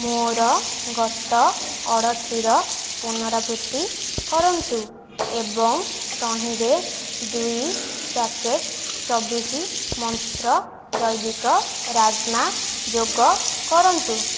ମୋର ଗତ ଅର୍ଡ଼ର୍ଟିର ପୁନରାବୃତ୍ତି କରନ୍ତୁ ଏବଂ ତହିଁରେ ଦୁଇ ପ୍ୟାକେଟ୍ ଚବିଶ ମନ୍ତ୍ର ଜୈବିକ ରାଜ୍ମା ଯୋଗ କରନ୍ତୁ